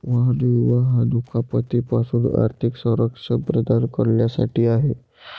वाहन विमा हा दुखापती पासून आर्थिक संरक्षण प्रदान करण्यासाठी आहे